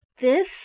This